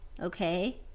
okay